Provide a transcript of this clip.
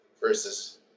versus